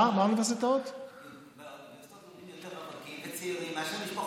באוניברסיטאות לומדים יותר רווקים וצעירים מאשר בעלי משפחות,